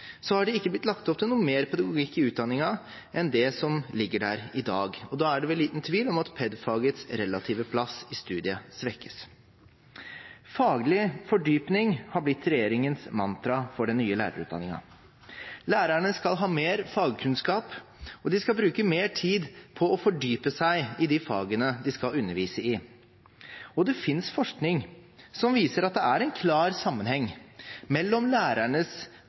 det ikke blitt lagt opp til noe mer pedagogikk i utdanningen enn det som ligger der i dag, og da er det vel liten tvil om at pedagogikkfagets relative plass i studiet svekkes. Faglig fordypning har blitt regjeringens mantra for den nye lærerutdanningen. Lærerne skal ha mer fagkunnskap, og de skal bruke mer tid på å fordype seg i de fagene de skal undervise i. Det finnes forskning som viser at det er en klar sammenheng mellom lærernes